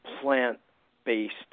plant-based